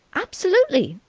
absolutely!